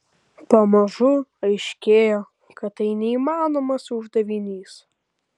pamažu aiškėjo kad tai neįmanomas uždavinys